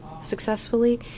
successfully